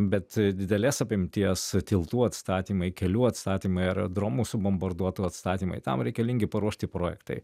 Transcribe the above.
bet didelės apimties tiltų atstatymui kelių atstatymai aerodromų subombarduotų atstatymai tam reikalingi paruošti projektai